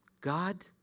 God